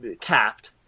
capped